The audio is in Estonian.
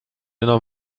enam